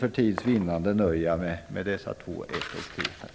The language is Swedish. För tids vinnande nöjer jag mig dock med de två nämnda reservationerna.